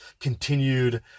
continued